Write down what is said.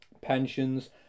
pensions